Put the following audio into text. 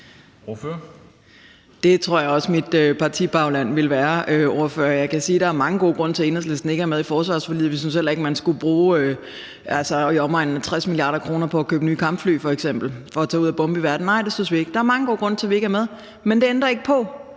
Det tror jeg også mit partibagland ville være, kan jeg sige. Der er mange gode grunde til, at Enhedslisten ikke er med i forsvarsforliget. Vi synes altså heller ikke, man skulle bruge i omegnen af 60 mia. kr. på f.eks. at købe nye kampfly for at tage ud i verden og bombe. Det synes vi ikke. Der er mange gode grunde til, at vi ikke er med. Men det ændrer ikke på,